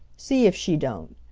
see if she don't.